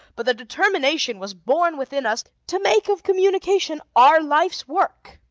but the determination was born within us to make of communication our life's work.